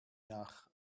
nach